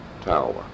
tower